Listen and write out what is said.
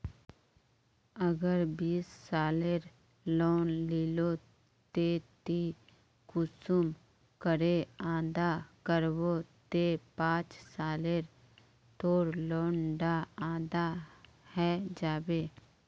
अगर बीस लाखेर लोन लिलो ते ती कुंसम करे अदा करबो ते पाँच सालोत तोर लोन डा अदा है जाबे?